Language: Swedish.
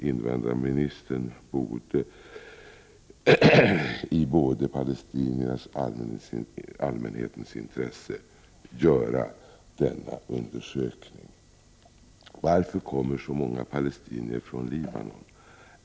Invandrarministern borde i både palestiniernas och allmänhetens intresse göra denna undersökning. Varför kommer så många palestinier från Libanon?